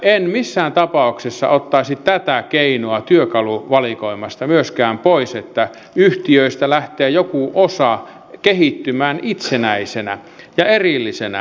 en missään tapauksessa ottaisi tätä keinoa työkaluvalikoimasta myöskään pois että yhtiöistä lähtee jokin osa kehittymään itsenäisenä ja erillisenä